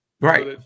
Right